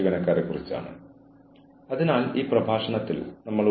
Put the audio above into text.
വീണ്ടും ചില റിസോഴ്സുകൾ